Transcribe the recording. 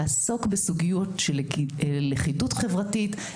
לעסוק בסוגיות של לכידות חברתית,